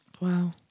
Wow